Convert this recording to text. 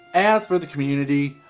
as for the community,